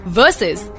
versus